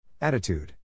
Attitude